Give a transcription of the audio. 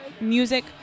music